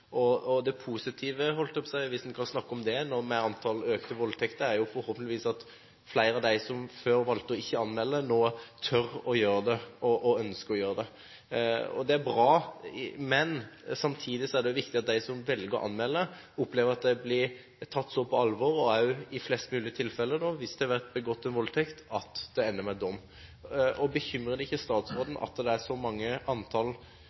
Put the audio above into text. Det positive – hvis en kan snakke sånn med økt antall voldtekter – er forhåpentligvis at flere av dem som før valgte ikke å anmelde, nå tør å gjøre det og ønsker å gjøre det. Det er bra. Samtidig er det viktig at de som velger å anmelde, opplever at de blir tatt på alvor, og at det i flest mulig tilfeller, hvis det er blitt begått en voldtekt, ender med dom. Bekymrer det ikke statsråden at det er et så høyt antall